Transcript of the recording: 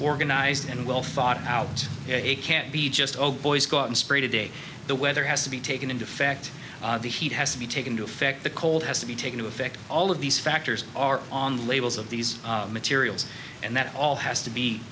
organized and well thought out it can't be just o'boy squat and spray today the weather has to be taken into fact the heat has to be taken to affect the cold has to be taken to affect all of these factors are on labels of these materials and that all has to be